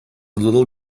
little